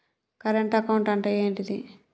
Current account అంటే ఏంటిది?